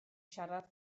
siarad